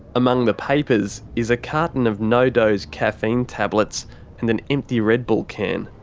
among the papers is a carton of nodoz caffeine tablets and an empty red bull can.